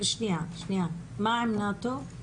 מה עם נאט"ו?